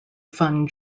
fun